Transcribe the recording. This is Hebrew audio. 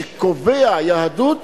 שקובע יהדות,